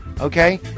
okay